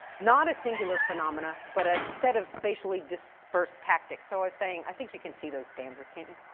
not a singular phenomena but a set of spatially disbursed tactics? so, i was saying, i think you can see those stanzas, can't you?